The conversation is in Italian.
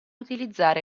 utilizzare